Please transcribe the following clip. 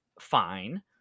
fine